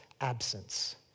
absence